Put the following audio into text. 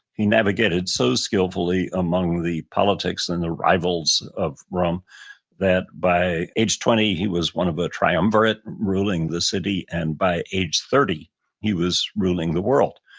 he navigated so skillfully among the politics and the rivals of rome that by age twenty he was one of the triumvirate ruling the city and by age thirty he was ruling the world.